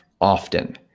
often